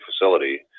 facility